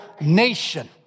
nation